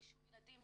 רישום ילדים,